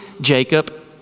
Jacob